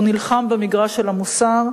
הוא נלחם במגרש של המוסר,